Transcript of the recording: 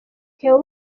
theo